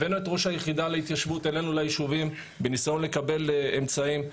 הבאנו את ראש היחידה להתיישבות אלינו ליישובים בניסיון לקבל אמצעים.